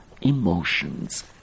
emotions